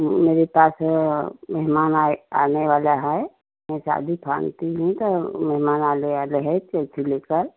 मेरे पास मेहमान आए आने वाले हैं मैं शादी तो मेहमान आने वाले है तो अथी ले कर